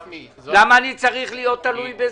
למה אני צריך להיות תלוי בזה?